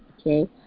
okay